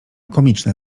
komiczne